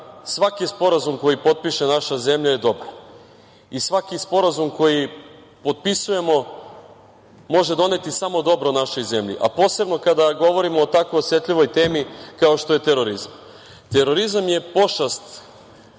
svaki sporazum koji potpiše naša zemlja je dobar i svaki sporazum koji potpisujemo može doneti samo dobro našoj zemlji, a posebno kada govorimo o tako osetljivoj temi kao što je terorizam. Terorizam je pošast